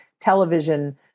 television